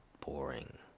boring